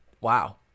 wow